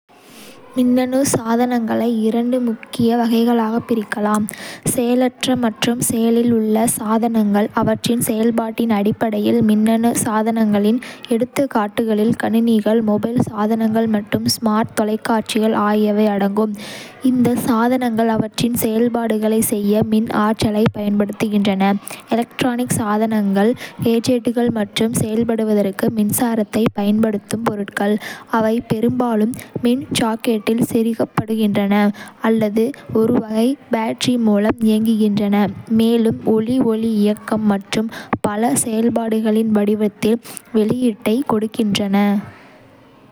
மின்னணு சாதனங்களை இரண்டு முக்கிய வகைகளாகப் பிரிக்கலாம். செயலற்ற மற்றும் செயலில் உள்ள சாதனங்கள் அவற்றின் செயல்பாட்டின் அடிப்படையில். மின்னணு சாதனங்களின் எடுத்துக்காட்டுகளில் கணினிகள், மொபைல் சாதனங்கள் மற்றும் ஸ்மார்ட் தொலைக்காட்சிகள் ஆகியவை அடங்கும். இந்த சாதனங்கள் அவற்றின் செயல்பாடுகளைச் செய்ய மின் ஆற்றலைப் பயன்படுத்துகின்றன. எலக்ட்ரானிக் சாதனங்கள் கேஜெட்டுகள் மற்றும் செயல்படுவதற்கு மின்சாரத்தைப் பயன்படுத்தும் பொருட்கள். அவை பெரும்பாலும் மின் சாக்கெட்டில் செருகப்படுகின்றன அல்லது ஒரு வகை பேட்டரி மூலம் இயங்குகின்றன, மேலும் ஒளி, ஒலி, இயக்கம் மற்றும் பல செயல்பாடுகளின் வடிவத்தில் வெளியீட்டைக் கொடுக்கின்றன.